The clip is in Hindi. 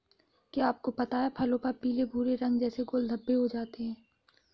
क्या आपको पता है फलों पर पीले भूरे रंग जैसे गोल धब्बे हो जाते हैं?